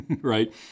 right